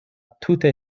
tute